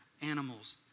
animals